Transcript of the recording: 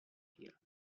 here